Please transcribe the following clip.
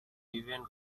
even